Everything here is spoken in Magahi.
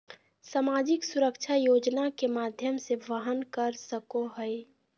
सामाजिक सुरक्षा योजना के माध्यम से वहन कर सको हइ